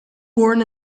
born